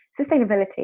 sustainability